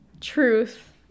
truth